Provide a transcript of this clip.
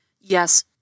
Yes